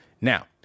Now